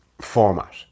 format